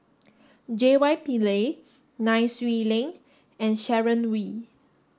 J Y Pillay Nai Swee Leng and Sharon Wee